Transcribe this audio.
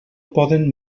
poden